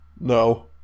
No